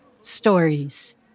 Stories